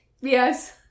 Yes